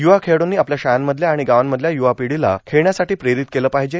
युवा खेळाइंनी आपल्या शाळांमधल्या आाण गावांमधल्या युर्वापढीला खेळण्यासाठी प्रेरित केलं पार्हाजे